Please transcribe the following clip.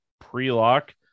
pre-lock